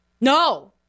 no